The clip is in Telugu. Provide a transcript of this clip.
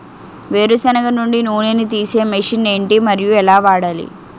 వేరు సెనగ నుండి నూనె నీ తీసే మెషిన్ ఏంటి? మరియు ఎలా వాడాలి?